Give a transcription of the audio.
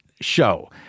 show